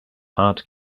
heart